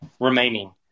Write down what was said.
remaining